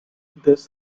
this